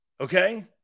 Okay